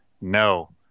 No